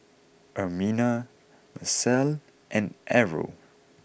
Ermina Marcelle and Errol